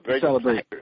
celebrate